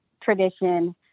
tradition